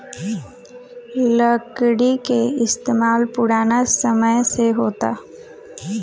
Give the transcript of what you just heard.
लकड़ी के इस्तमाल पुरान समय से होता